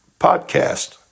podcast